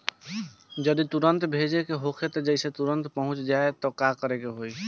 जदि तुरन्त भेजे के होखे जैसे तुरंत पहुँच जाए त का करे के होई?